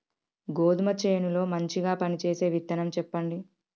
గోధుమ చేను లో మంచిగా పనిచేసే విత్తనం చెప్పండి?